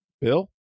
Bill